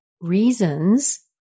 reasons